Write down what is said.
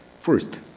First